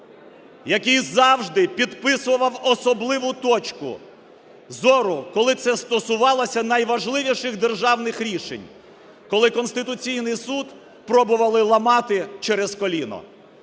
який завжди підписував особливу точку зору, коли це стосувалося найважливіших державних рішень, коли Конституційний Суд пробували ламати через коліно.